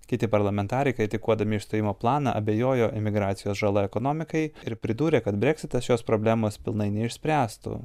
kiti parlamentarai kritikuodami išstojimo planą abejojo emigracijos žala ekonomikai ir pridūrė kad breksitas šios problemos pilnai neišspręstų